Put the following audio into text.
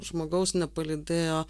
žmogaus nepalydėjo